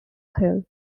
hill